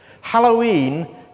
Halloween